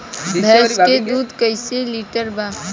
भैंस के दूध कईसे लीटर बा?